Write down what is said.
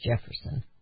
Jefferson